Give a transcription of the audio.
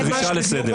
זו דרישה לסדר.